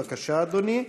בבקשה, אדוני,